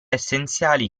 essenziali